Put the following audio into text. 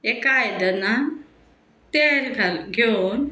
एका आयदनान तेल घाल घेवन